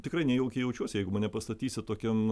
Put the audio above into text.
tikrai nejaukiai jaučiuosi jeigu mane pastatysi tokian